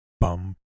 bum